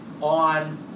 on